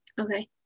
Okay